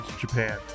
Japan